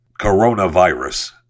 coronavirus